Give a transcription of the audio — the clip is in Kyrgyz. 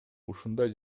ушундай